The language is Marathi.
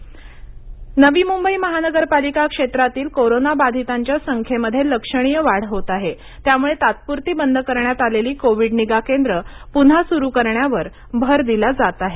नवी मुंबई नवी मुंबई महानगरपालिका क्षेत्रातील कोरोना बाधितांच्या संख्येमध्ये लक्षणीय वाढ होत आहे त्यामुळे तात्पुरती बंद करण्यात आलेली कोविड निगा केंद्र पुन्हा सुरू करण्यावर भर दिला जात आहे